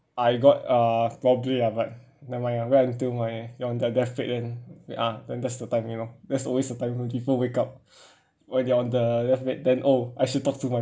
I got uh probably ah but never mind I wait until my you're on the death bed then ah then that's the timing lor that's always the time where people wake up when they're on the death bed then oh I should talk to my